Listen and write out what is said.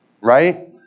right